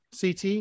CT